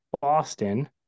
Boston